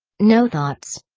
no thoughts?